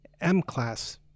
M-class